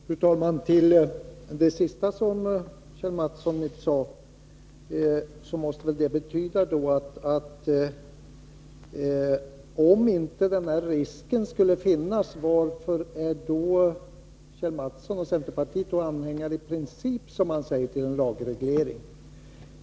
Fru talman! Till det sista som Kjell Mattsson sade vill jag anföra följande: Om inte den här risken skulle finnas, varför är då Kjell Mattsson och centerpartiet, som han säger, i princip anhängare av en lagreglering?